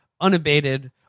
unabated